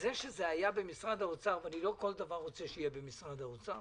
זה שזה היה במשרד האוצר ולא כל דבר אני רוצה שיהיה במשרד האוצר